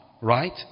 Right